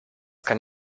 kann